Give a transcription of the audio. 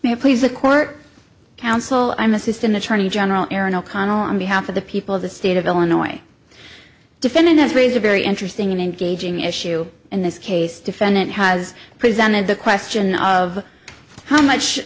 it please the court counsel i am a system attorney general aaron o'connell on behalf of the people of the state of illinois defendant has raised a very interesting and engaging issue in this case defendant has presented the question of how much